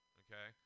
okay